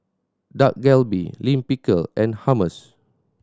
Dak Galbi Lime Pickle and Hummus